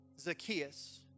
Zacchaeus